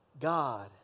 God